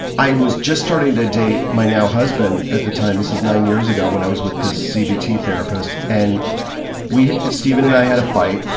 i was just starting to date my now-husband at the time this is nine years ago, when i was with this cbt therapist, and stephen and i had a fight,